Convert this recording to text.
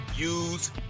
Use